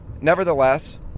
nevertheless